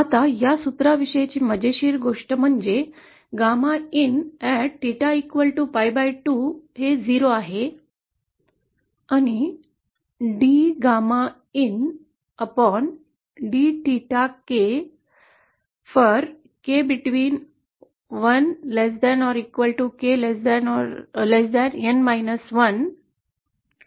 आता या सूत्राविषयीची मजेशीर गोष्ट म्हणजे 𝚹pi2 वरील γ हे शून्य आहे आणि for K between 1 and N 1 हे शून्या इतके आहे